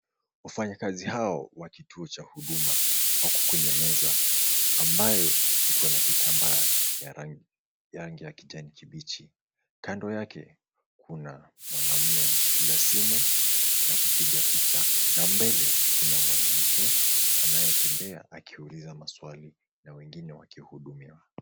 Wafanyakazi hawa wa kituo cha huduma wako kwenye meza ambayo iko na kitambaa ya rangi ya kijani kibichi. Kando yake kuna mwaname ameshikilia simu na kupiga picha. Na mbele kuna mwanamke anayetembea akiuliza maswali na wengine wakihudumiwa.